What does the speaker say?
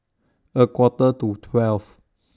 A Quarter to twelve